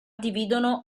dividono